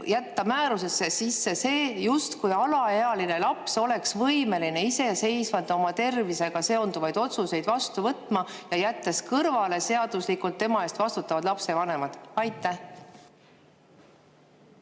jätta määrusesse sisse see, justkui alaealine laps oleks võimeline iseseisvalt oma tervisega seonduvaid otsuseid vastu võtma, jättes kõrvale seaduslikult tema eest vastutavad lapsevanemad? Ma